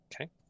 okay